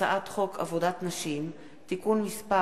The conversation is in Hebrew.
הצעת חוק עבודת נשים (תיקון מס'